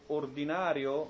ordinario